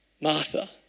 Martha